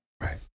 Right